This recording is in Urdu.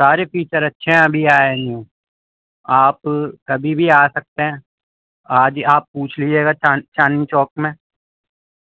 سارے فیچر اچھے ہیں ابھی آیا ہے نیو آپ کبھی بھی آ سکتے ہیں آج ہی آپ پوچھ لجیے گا چان چاندنی چوک میں